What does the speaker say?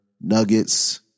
Nuggets